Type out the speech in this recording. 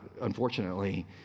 unfortunately